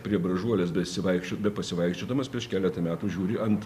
prie bražuolės besivaikš bepasivaikščiodamas prieš keletą metų žiūri ant